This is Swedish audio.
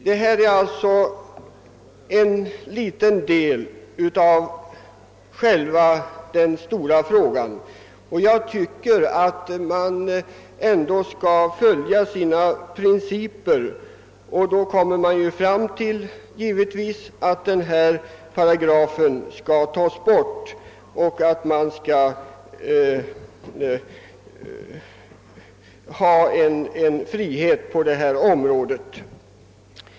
Detta är alltså en liten del av själva den stora frågan. Jag tycker att man ändå skall följa sina principer, och i så fall måste man givetvis finna att denna paragraf bör tas bort och frihet råda även på detta område.